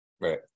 right